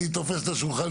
אני תופס את השולחן.